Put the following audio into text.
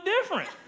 different